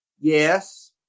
yes